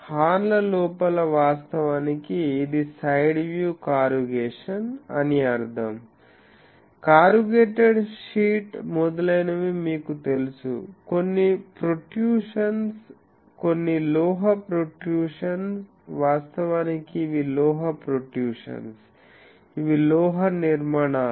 horn ల లోపల వాస్తవానికి ఇది సైడ్ వ్యూ కారుగేశన్ అని అర్థం కారుగేటేడ్ షీట్ మొదలైనవి మీకు తెలుసు కొన్ని ప్రోట్రూషన్ కొన్ని లోహ ప్రోట్రూషన్ వాస్తవానికి ఇవి లోహ ప్రోట్రూషన్స్ ఇవి లోహ నిర్మాణాలు